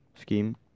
scheme